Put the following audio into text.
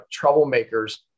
troublemakers